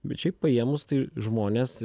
bet šiaip paėmus tai žmonės